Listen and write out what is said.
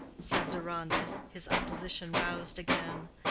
said deronda, his opposition roused again.